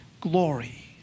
glory